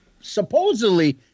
supposedly